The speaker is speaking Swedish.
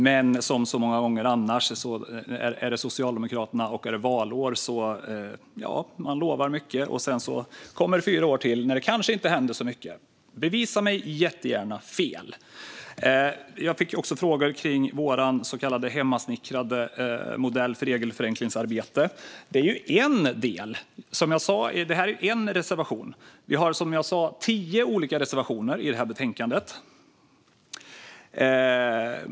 Men som så många gånger annars under valår lovar Socialdemokraterna mycket, och sedan blir det fyra år till när det kanske inte händer så mycket. Motbevisa mig gärna! Jag fick också en fråga om vår så kallade hemmasnickrade modell för regelförenklingsarbetet. Det är en del i en reservation. Som jag sa har vi tio olika reservationer i betänkandet.